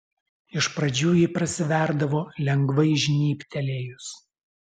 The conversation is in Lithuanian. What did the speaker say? iš pradžių ji prasiverdavo lengvai žnybtelėjus